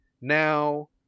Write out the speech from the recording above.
Now